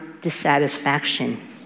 dissatisfaction